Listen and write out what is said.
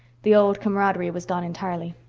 the old camaraderie was gone entirely.